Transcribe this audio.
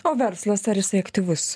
o verslas ar jisai aktyvus